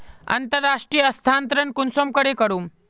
अंतर्राष्टीय स्थानंतरण कुंसम करे करूम?